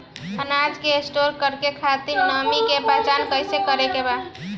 अनाज के स्टोर करके खातिर नमी के पहचान कैसे करेके बा?